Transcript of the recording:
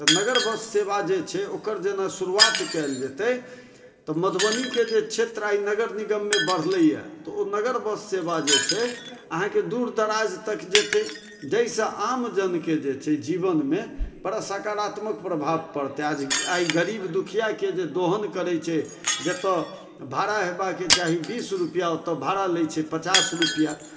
तऽ नगर बस सेवा जे छै ओकर जेना शुरुआत कयल जेतै तऽ मधुबनीके जे क्षेत्र आइ नगर निगममे बढ़लैया तऽ ओ नगर बस सेवा जे छै अहाँके दूर दराज तक जेतै जेहिसँ आम जनके जे छै के जीवनमे बड़ा सकारात्मक प्रभाव पड़तै आज आइ गरीब दुखियाके जे दोहन करै छै जतय भाड़ा होयबाके चाही बीस रुपैआ ओतय भाड़ा लै छै पचास रुपैआ